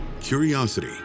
curiosity